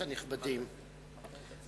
כנסת נכבדה,